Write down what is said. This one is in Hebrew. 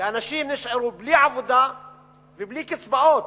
ואנשים נשארו בלי עבודה ובלי קצבאות.